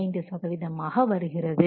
35 சதவீதமாக வருகிறது